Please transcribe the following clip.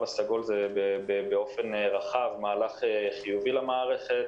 הסגול הוא באופן רחב מהלך חיובי למערכת,